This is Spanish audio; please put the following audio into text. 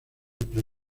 pre